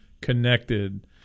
connected –